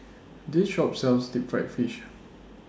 This Shop sells Deep Fried Fish